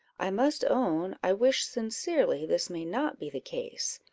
i must own i wish sincerely this may not be the case.